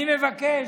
אני מבקש,